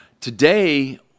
Today